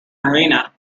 arena